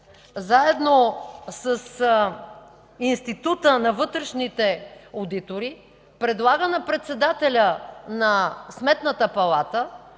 заедно с Института на вътрешните одитори, предлага на председателя на Сметната палата